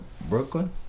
brooklyn